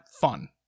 fun